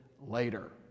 later